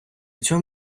цього